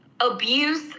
abuse